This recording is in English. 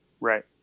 Right